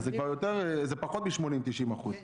זה פחות מ-80%-90%.